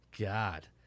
God